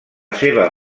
seva